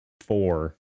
four